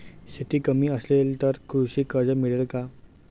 शेती कमी असेल तर कृषी कर्ज मिळेल का?